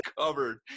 covered